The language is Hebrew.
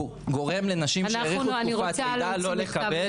הוא גורם לנשים שיאריכו תקופת לידה לא לקבל.